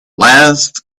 last